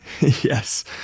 Yes